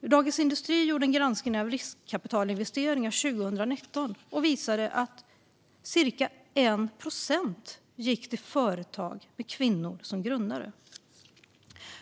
Dagens industri gjorde 2019 en granskning av riskkapitalinvesteringar som visade att cirka 1 procent gick till företag med kvinnor som grundare.